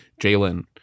Jalen